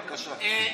בבקשה.